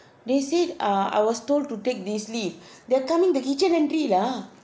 they said ah I was told to take this lift they are coming the kitchen entry lah